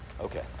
Okay